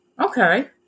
Okay